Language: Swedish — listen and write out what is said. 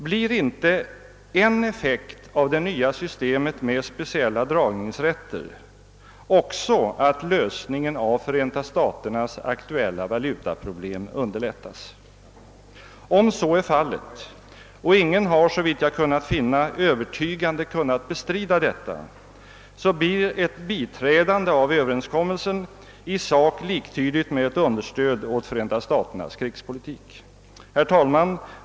Blir inte en effekt av det nya systemet med speciella dragningsrätter också att lösningen av Förenta staternas aktuella valutaproblem underlättas? Om så är fallet — och ingen har såvitt jag kunnat finna övertygande kunnat bestrida detta — så blir ett biträdande av överenskommelsen i sak liktydigt med ett understöd åt Förenta staternas krigspolitik. Herr talman!